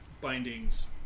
bindings